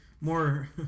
more